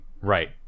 Right